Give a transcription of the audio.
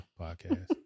podcast